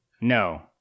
no